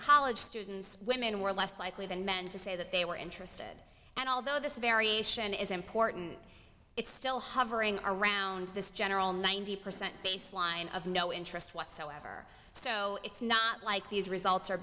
college students women were less likely than men to say that they were interested and although this variation is important it's still hovering around this general ninety percent baseline of no interest whatsoever so it's not like these results are